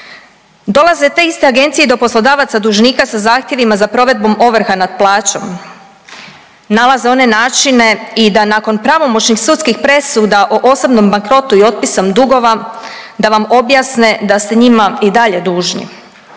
Dolaze te iste agencije do poslodavaca dužnika sa zahtjevima sa provedbom ovrha nad plaćom, nalaze one načine i da nakon pravomoćnih sudskih presuda o osobnom bankrotu i otpisom dugova, da vam objasne da ste njima i dalje dužni,